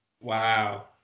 Wow